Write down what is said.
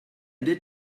did